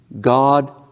God